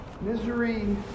Misery